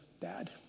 dad